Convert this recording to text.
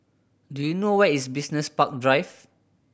do you know where is Business Park Drive